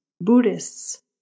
Buddhists